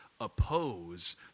oppose